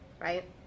right